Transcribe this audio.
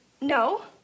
No